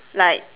like